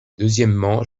deuxièmement